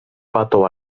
pato